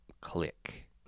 Click